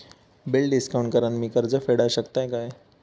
Bill discount करान मी कर्ज फेडा शकताय काय?